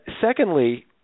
Secondly